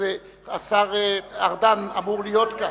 אז השר ארדן אמור להיות כאן.